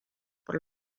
por